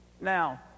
Now